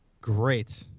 Great